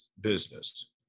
business